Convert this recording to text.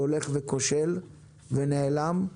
שהולך וכושל ונעלם,